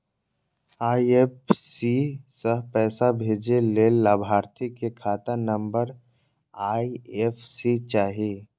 IFSC सं पैसा भेजै लेल लाभार्थी के खाता नंबर आ आई.एफ.एस.सी चाही